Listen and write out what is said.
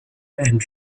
and